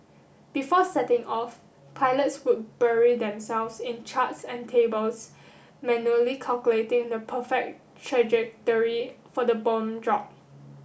before setting off pilots would bury themselves in charts and tables manually calculating the perfect trajectory for the bomb drop